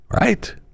right